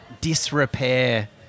disrepair